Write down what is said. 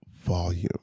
volume